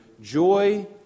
joy